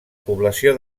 població